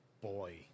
boy